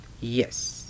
Yes